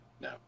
no